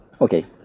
Okay